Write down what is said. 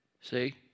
See